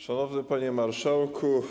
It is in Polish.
Szanowny Panie Marszałku!